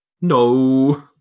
no